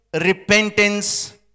repentance